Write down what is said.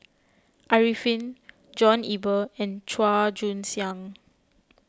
Arifin John Eber and Chua Joon Siang